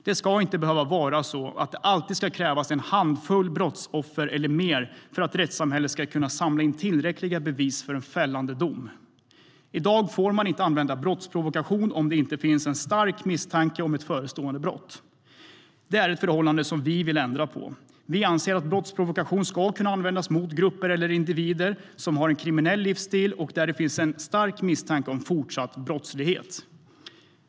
Det ska inte behöva vara så att det alltid ska krävas en handfull brottsoffer eller mer för att rättssamhället ska kunna samla in tillräckliga bevis för en fällande dom.I dag får man inte använda brottsprovokation om det inte finns en stark misstanke om ett förestående brott. Det är ett förhållande som vi vill ändra på. Vi anser att brottsprovokation ska kunna användas mot grupper eller individer som har en kriminell livsstil och där det finns stark misstanke om fortsatt brottslighet.